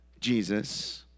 Jesus